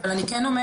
לא אני אומרת